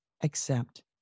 accept